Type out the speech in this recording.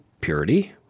purity